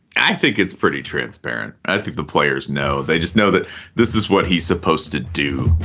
i think it's pretty transparent. i think the players know, they just know that this is what he's supposed to do.